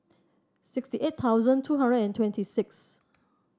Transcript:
sixty eight thousand two hundred and twenty six